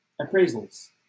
appraisals